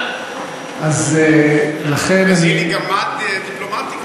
ברזיל היא "גמד דיפלומטי",